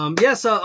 yes